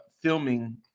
filming